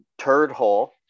Turdhole